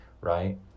right